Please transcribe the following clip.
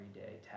everyday